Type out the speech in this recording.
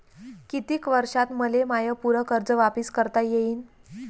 कितीक वर्षात मले माय पूर कर्ज वापिस करता येईन?